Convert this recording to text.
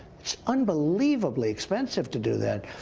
it is unbelievably expensive to do that.